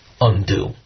undo